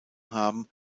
haben